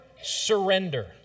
surrender